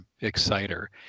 Exciter